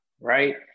right